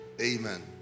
Amen